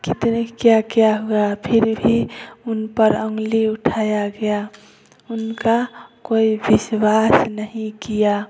कितने क्या क्या हुआ फिर भी उन पर उंगली उठाया गया उनका कोई विश्वास नहीं किया